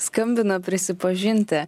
skambina prisipažinti